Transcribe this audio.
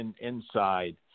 inside